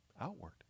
outward